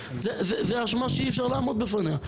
זאת האשמה שאי אפשר לעמוד בפניה.